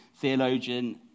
theologian